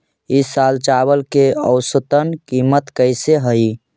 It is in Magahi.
ई साल चावल के औसतन कीमत कैसे हई?